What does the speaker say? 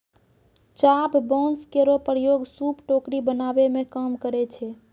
चाभ बांस केरो प्रयोग सूप, टोकरी बनावै मे काम करै छै